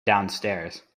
downstairs